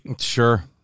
sure